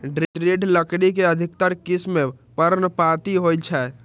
दृढ़ लकड़ी के अधिकतर किस्म पर्णपाती होइ छै